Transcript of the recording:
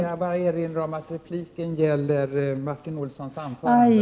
Jag vill erinra om att repliken gäller Martin Olssons anförande.